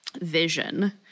vision